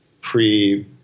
pre